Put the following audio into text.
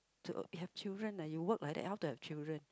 to have children ah you work like that how to have children